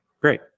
great